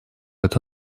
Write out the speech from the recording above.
эта